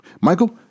Michael